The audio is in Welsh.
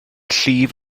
llif